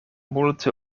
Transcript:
multe